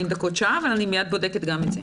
דקות או שעה אבל מיד אבדוק גם את זה.